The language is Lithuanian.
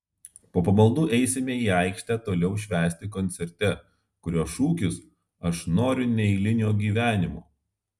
po pamaldų eisime į aikštę toliau švęsti koncerte kurio šūkis aš noriu neeilinio gyvenimo